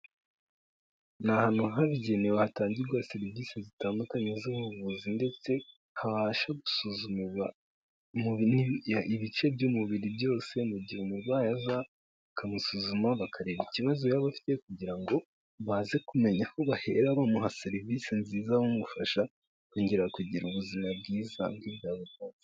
Ni ahantu habugenewe hatangirwa serivisi zitandukanye z'ubuvuzi ndetse habasha gusuzumirwa ibice by'umubiri byose, mu gihe umurwayi aza bakamusuzuma, bakareba ikibazo yaba afite kugira ngo baze kumenya aho bahera bamuha serivisi nziza, bamumufasha kongera kugira ubuzima bwiza.